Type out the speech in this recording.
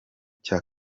cya